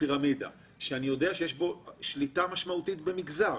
פירמידה שיש בו שליטה משמעותית במגזר,